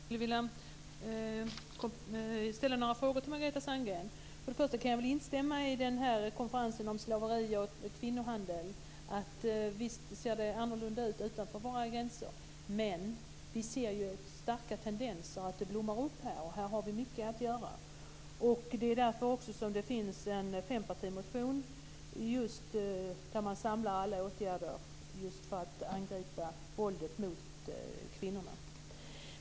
Fru talman! Jag skulle vilja ställa några frågor till Margareta Sandgren. När det gäller den här konferensen om slaveri och kvinnohandel kan jag instämma i att det ser annorlunda ut utanför våra gränser. Men vi ser starka tendenser till att det blommar upp här också. Här har vi mycket att göra. Det är också därför som det finns en fempartimotion där man samlar alla förslag till åtgärder för att angripa våldet mot kvinnorna.